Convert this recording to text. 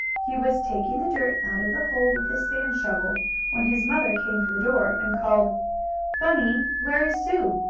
he was taking the dirt out of the hole with his sand shovel when his mother came to the door and called bunny, where is sue?